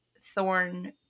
thorn